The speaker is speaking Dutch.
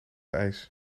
ijs